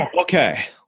Okay